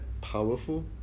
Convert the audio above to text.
powerful